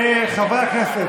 חברי הכנסת,